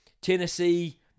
Tennessee